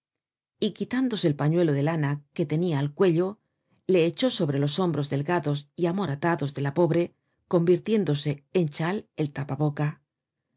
y quitándose el pañuelo de lana que tenia al cuello le echó sobre los hombros delgados y amoratados de la pobre convirtiéndose en chai el tapa boca